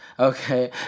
Okay